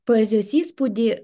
poezijos įspūdį